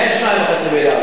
אין 2.5 מיליארד.